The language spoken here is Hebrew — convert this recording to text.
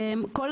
וכדומה.